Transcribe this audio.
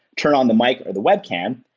turn on the mic or the web cam.